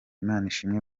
imanishimwe